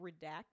redact